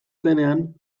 zenean